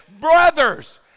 Brothers